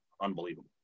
unbelievable